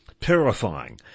terrifying